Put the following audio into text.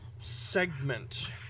segment